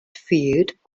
field